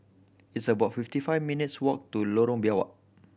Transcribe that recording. it's about fifty five minutes walk to Lorong Biawak